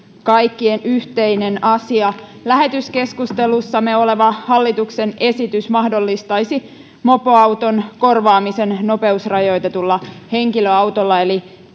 kaikkien yhteinen asia lähetekeskustelussa oleva hallituksen esitys mahdollistaisi mopoauton korvaamisen nopeusrajoitetulla henkilöautolla eli